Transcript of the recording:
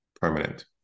permanent